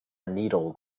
needle